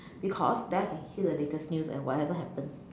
because then I can hear the latest news and whatever happen